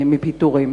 מפיטורים?